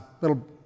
little